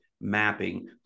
mapping